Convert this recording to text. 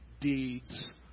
deeds